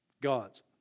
God's